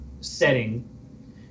setting